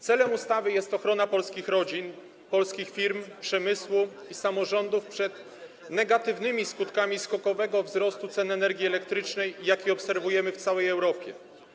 Celem ustawy jest ochrona polskich rodzin, polskich firm, przemysłu i samorządów przed negatywnymi skutkami skokowego wzrostu cen energii elektrycznej, jaki obserwujemy w całej Europie.